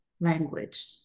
language